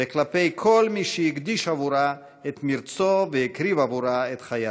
וכלפי כל מי שהקדיש עבורה את מרצו והקריב עבורה את חייו.